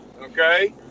okay